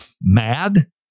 mad